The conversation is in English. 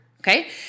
Okay